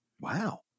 Wow